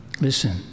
Listen